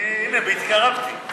הינה, התקרבתי.